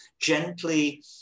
gently